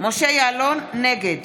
נגד